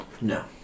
No